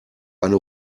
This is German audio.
eine